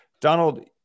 Donald